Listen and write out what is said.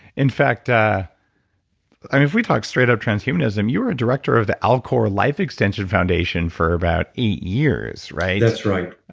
in fact, i i mean if we talk straight up transhumanism, you were a director of alcor life extension foundation for about eight years, right? that's right